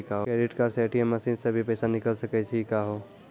Credit card से ATM machine से भी पैसा निकल सकै छि का हो?